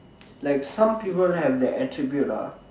like some people have the attribute lah